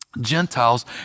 Gentiles